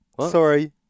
sorry